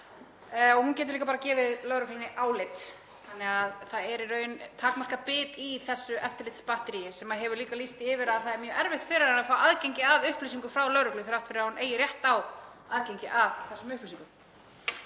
Hún getur líka bara gefið lögreglunni álit þannig að það er í raun takmarkað bit í þessu eftirlitsbatteríi. Nefndin hefur líka lýst því yfir að það er mjög erfitt fyrir hana að fá aðgengi að upplýsingum frá lögreglu þrátt fyrir að hún eigi rétt á aðgengi að þessum upplýsingum.